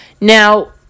Now